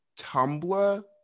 Tumblr